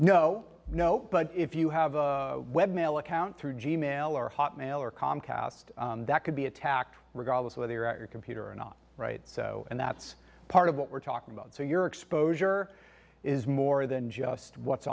no no but if you have a web mail account through g mail or hotmail or comcast that could be attacked regardless whether you're at your computer or not so and that's part of what we're talking about so your exposure is more than just what's